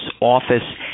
office